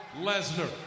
Lesnar